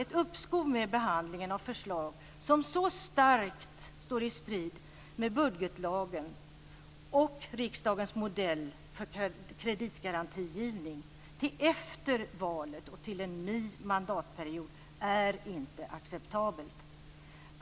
Ett uppskov med behandlingen av förslag som så starkt står i strid med budgetlagen och riksdagens modell för kreditgarantigivning till efter valet och till en ny mandatperiod är inte acceptabelt.